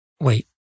Wait